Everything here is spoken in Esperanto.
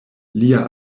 lia